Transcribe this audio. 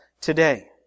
today